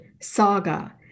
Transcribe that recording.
Saga